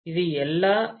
இது எல்லா ஏ